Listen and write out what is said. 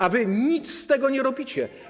a wy nic z tym nie robicie.